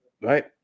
right